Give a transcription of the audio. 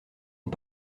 ont